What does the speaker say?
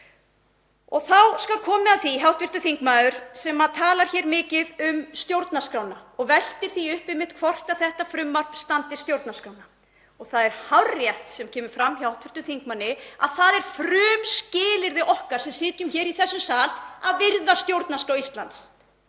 Þá skal komið að því að hv. þingmaður talar hér mikið um stjórnarskrána og veltir því upp hvort þetta frumvarp standist stjórnarskrána. Það er hárrétt sem kemur fram hjá hv. þingmanni að það er frumskilyrði okkar sem sitjum hér í þessum sal að virða stjórnarskrá Íslands.